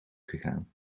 gegaan